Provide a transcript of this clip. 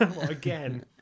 again